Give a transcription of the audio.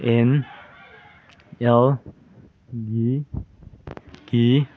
and ꯑꯦꯜꯒꯤ ꯀꯤ